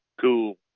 cool